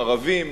ערבים,